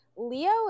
Leo